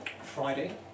Friday